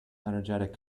energetic